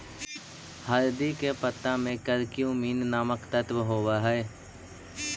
हरदी के पत्ता में करक्यूमिन नामक तत्व होब हई